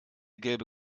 gelbe